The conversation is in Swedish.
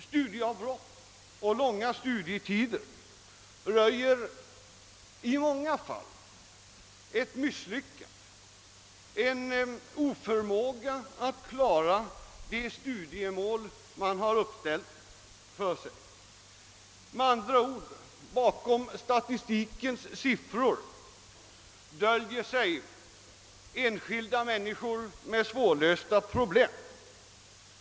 Studieavbrott och långa studietider röjer i många fall ett misslyckande, en oförmåga att klara de studiemål som uppställts. Med andra ord döljer sig bakom statistikens siffror enskilda människor med svårlösta problem.